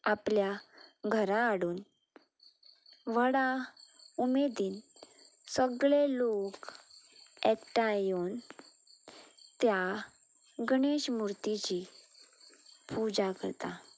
आपल्या घरा हाडून व्हडा उमेदीन सगळे लोक एकठांय येवन त्या गणेश मुर्तीची पुजा करता